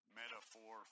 metaphor